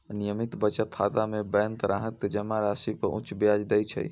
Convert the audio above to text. नियमित बचत खाता मे बैंक ग्राहक कें जमा राशि पर उच्च ब्याज दै छै